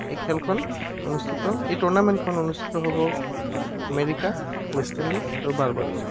এই খেলখন অনুষ্ঠিত এই টুৰ্নামেন্টখন অনুষ্ঠিত হ'ব আমেৰিকা ৱেষ্ট ইণ্ডিজ আৰু বাৰবাডুছত